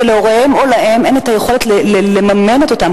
ואם נתייחס לתחומי ההישגים הלימודיים,